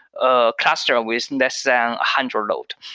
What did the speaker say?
ah cluster with less than a hundred load.